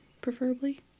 preferably